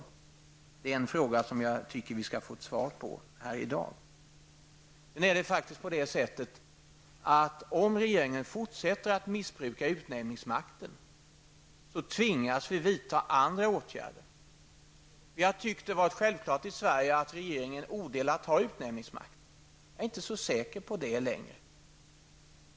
Det är en fråga som jag tycker att vi skall få ett svar på här i dag. Om regeringen fortsätter att missbruka utnämningsmakten tvingas vi vidta andra åtgärder. Vi har tyckt att det har varit självklart att regeringen odelat har utnämningsmakten i Sverige. Jag är inte så säker på det längre.